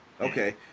Okay